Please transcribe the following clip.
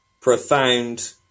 profound